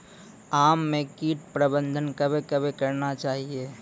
आम मे कीट प्रबंधन कबे कबे करना चाहिए?